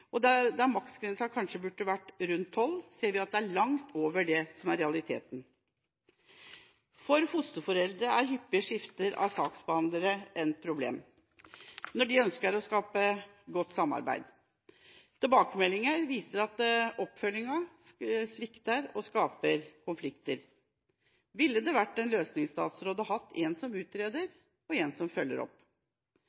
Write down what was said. kanskje være rundt tolv, men vi ser at det er langt over det som er realiteten. For fosterforeldre er hyppige skifter av saksbehandlere et problem når en ønsker å skape et godt samarbeid. Tilbakemeldinger viser at oppfølginga svikter og skaper konflikter. Ville det vært en løsning å ha en som utreder,